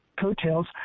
coattails